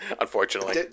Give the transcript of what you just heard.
Unfortunately